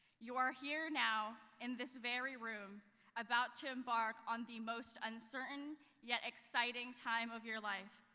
you are here now in this very room about to embark on the most uncertain yet exciting time of your life.